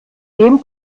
dem